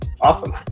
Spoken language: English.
Awesome